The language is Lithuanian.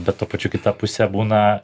bet tuo pačiu kita pusė būna